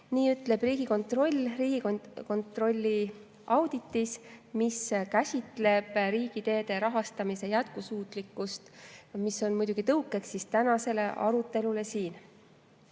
Nii ütleb Riigikontroll oma auditis, mis käsitleb riigiteede rahastamise jätkusuutlikkust, mis on muidugi tõukeks tänasele arutelule